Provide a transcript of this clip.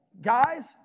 guys